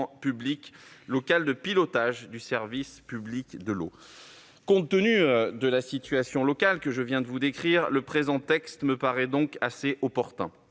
public local de pilotage du service public de l'eau. Compte tenu de la situation locale que je viens de vous décrire, le présent texte me paraît donc opportun.